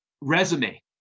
resume